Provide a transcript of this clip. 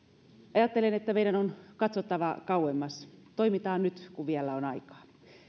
ajattelen että meidän on katsottava kauemmas toimitaan nyt kun vielä on aikaa